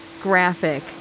graphic